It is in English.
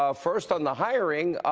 ah first, on the hiring.